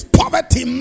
poverty